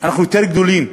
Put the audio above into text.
אנחנו יותר גדולים.